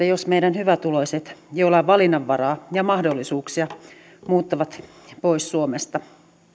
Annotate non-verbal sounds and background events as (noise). (unintelligible) jos meidän hyvätuloiset joilla on valinnanvaraa ja mahdollisuuksia muuttavat pois suomesta